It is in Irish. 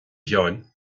sheáin